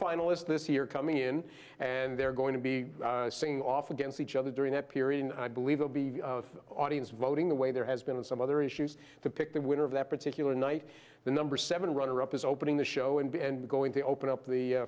finalist this year coming in and they're going to be singing off against each other during that period i believe will be audience voting the way there has been some other issues to pick the winner of that particular night the number seven runner up is opening the show and going to open up the